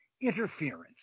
interference